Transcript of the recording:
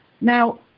Now